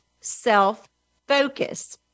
self-focus